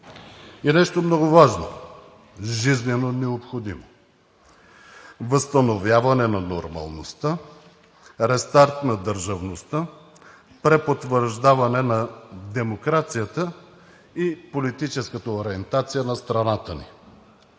И нещо много важно, жизнено необходимо – възстановяване на нормалността, рестарт на държавността, препотвърждаване на демокрацията и политическата ориентация на страната ни.